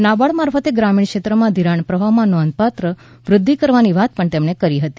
નાબાર્ડ મારફતે ગ્રામીણ ક્ષેત્રમાં ધિરાણ પ્રવાહમાં નોંધપાત્ર વૃદ્ધિ કરવાની વાત પણ તેમણે કરી હતી